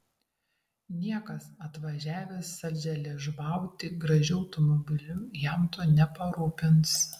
niekas atvažiavęs saldžialiežuvauti gražiu automobiliu jam to neparūpins